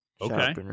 Okay